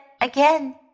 again